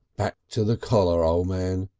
back to the collar, o' man,